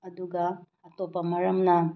ꯑꯗꯨꯒ ꯑꯇꯣꯞꯄ ꯃꯔꯝꯅ